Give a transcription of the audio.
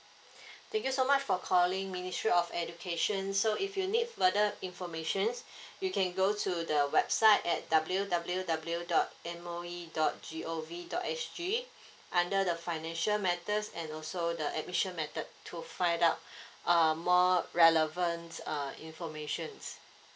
thank you so much for calling ministry of education so if you need further informations you can go to the website at W W W dot M O E dot G O V dot S G under the financial matters and also the admission method to find out uh more relevant uh informations